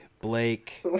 Blake